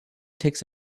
takes